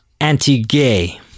anti-gay